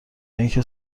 اینکه